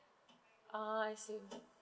ah I see